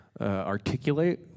articulate